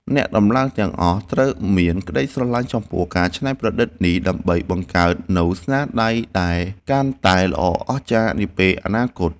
អ្នកដំឡើងទាំងអស់ត្រូវមានក្ដីស្រឡាញ់ចំពោះការច្នៃប្រឌិតនេះ ដើម្បីបង្កើតនូវស្នាដៃដែលកាន់តែល្អអស្ចារ្យនាពេលអនាគត។